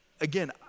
again